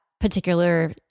particular